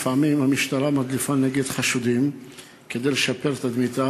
לפעמים המשטרה מדליפה נגד חשודים כדי לשפר את תדמיתה